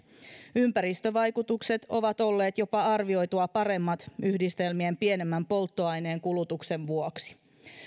ympäristövaikutukset ovat olleet jopa arvioitua paremmat yhdistelmien pienemmän polttoaineenkulutuksen vuoksi